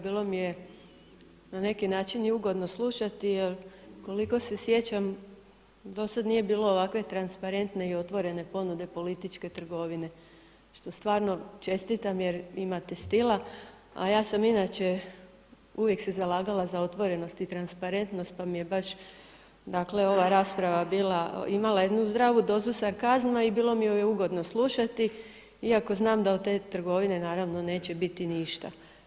Bilo mi je na neki način i ugodno slušati jer koliko se sjećam do sada nije bilo ovakve transparentne i otvorene ponude političke trgovine što stvarno čestitam jer imate stila a ja sam inače uvijek se zalagala za otvorenost i transparentnost pa mi je baš dakle ova rasprava bila, imala jednu zdravu dozu sarkazma i bilo mi ju je ugodno slušati iako znam da od te trgovine naravno neće biti ništa.